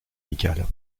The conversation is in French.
amicales